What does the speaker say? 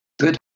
Good